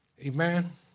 Amen